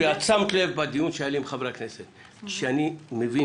את שמת לב בדיון שהיה לי עם חברי הכנסת שאני מבין,